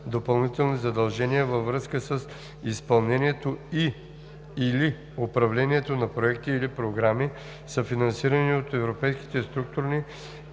допълнителни задължения във връзка с изпълнението и/или управлението на проекти или програми, съфинансирани от Европейските структурни